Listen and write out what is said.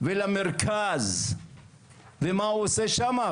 ולמרכז ומה הוא עושה שם?